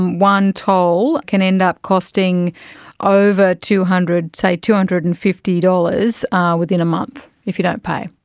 one toll can end up costing over two hundred so two hundred and fifty dollars within a month, if you don't pay.